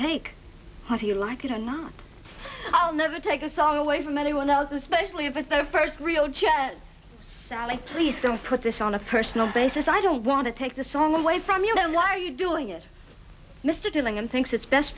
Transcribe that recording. do you like it or not i'll never take a song away from anyone else especially if it's their first real job sally please don't put this on a personal basis i don't want to take the song away from you know why are you doing it mr darling and thinks it's best